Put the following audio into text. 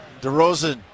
DeRozan